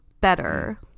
better